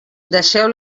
deixeu